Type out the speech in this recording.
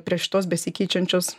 prie šitos besikeičiančios